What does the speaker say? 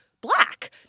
black